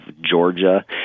Georgia